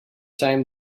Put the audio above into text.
time